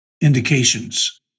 indications